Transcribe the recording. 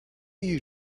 you